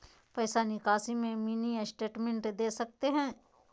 पैसा निकासी में मिनी स्टेटमेंट दे सकते हैं?